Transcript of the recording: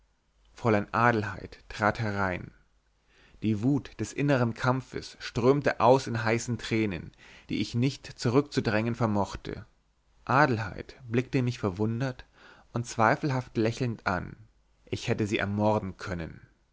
fräulein adelheid trat herein die wut des innern kampfes strömte aus in heißen tränen die ich nicht zurückzudrängen vermochte adelheid blickte mich verwundert und zweifelhaft lächelnd an ich hätte sie ermorden können